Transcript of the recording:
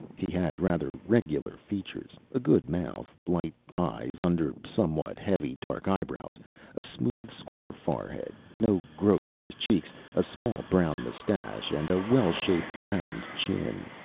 he had rather regular features a good mouth light eyes under somewhat heavy, dark eyebrows a smooth, square forehead no growth on his cheeks a small, brown mustache, and a well-shaped, round chin.